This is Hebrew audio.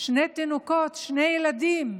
שני תינוקות, שני ילדים,